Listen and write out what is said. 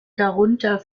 darunter